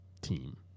team